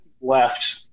left